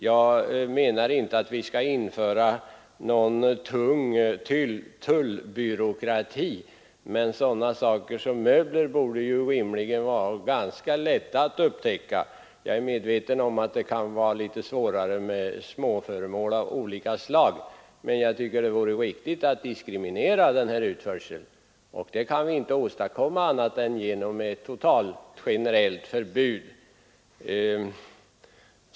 Jag menar inte att vi skall införa någon tung tullbyråkrati, men sådana saker som möbler borde rimligen vara ganska lätta att upptäcka — jag är medveten om att det kan vara litet svårare med små föremål av olika slag. Jag tycker att det vore riktigt att diskriminera sådan här utförsel, och det kan vi inte åstadkomma annat än genom ett generellt förbud.